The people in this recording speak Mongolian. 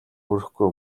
хүрэхгүй